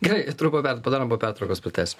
gerai trumpą pertrauką padarom po pertraukos pratęsim